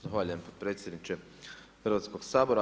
Zahvaljujem potpredsjedniče Hrvatskog sabora.